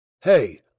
Hey